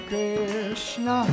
Krishna